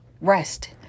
rest